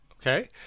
Okay